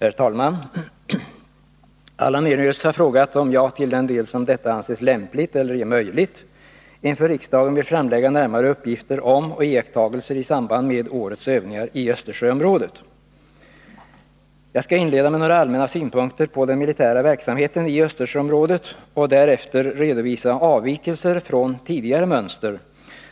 Herr talman! Allan Hernelius har frågat om jag till den del som detta anses lämpligt eller är möjligt inför riksdagen vill framlägga närmare uppgifter om och iakttagelser i samband med årets övningar i Östersjöområdet. Jag skall inleda med några allmänna synpunkter på den militära verksamheten i Östersjöområdet och därefter redovisa avvikelser från tidigare mönster